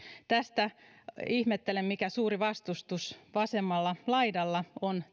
ihmettelen mikä suuri vastustus vasemmalla laidalla on